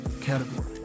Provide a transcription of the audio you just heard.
category